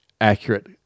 accurate